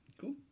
cool